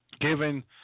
Given